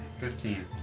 fifteen